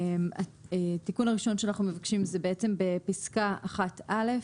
התיקון הראשון אותו אנחנו מבקשים לעשות בפסקה (1א).